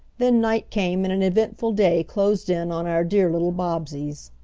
then night came and an eventful day closed in on our dear little bobbseys.